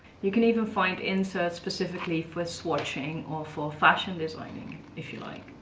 you can even find inserts specifically for swatching or for fashion designing, if you like.